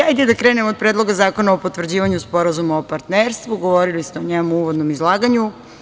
Hajde da krenem od Predloga zakona o potvrđivanju sporazuma o partnerstvu, govorili ste o njemu u uvodnom izlaganju.